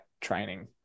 training